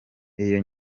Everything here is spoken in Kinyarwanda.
iyo